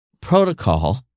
protocol